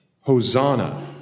Hosanna